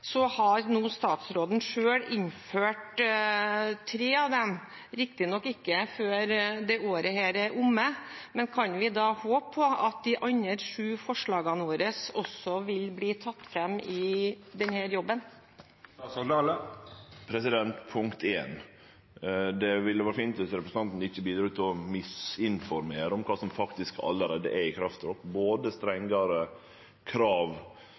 nå har statsråden selv innført tre av dem – riktignok ikke før dette året er omme – men kan vi håpe på at de andre sju forslagene våre også vil bli tatt fram i dette arbeidet? Det ville vore fint viss representanten ikkje bidro til å misinformere om kva som faktisk allereie er tredd i